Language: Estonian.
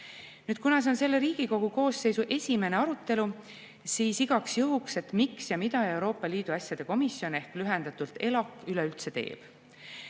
kuna see on selle Riigikogu koosseisu esimene arutelu, siis igaks juhuks räägin, miks ja mida Euroopa Liidu asjade komisjon ehk lühendatult ELAK üleüldse teeb.